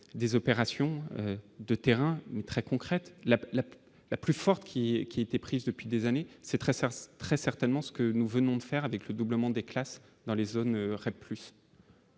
des opérations de terrain très concrète, la, la, la plus forte qui qui était prise depuis des années, c'est très, c'est très certainement ce que nous venons de faire avec le doublement des classes dans les zones Red